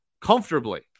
Comfortably